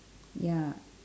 ya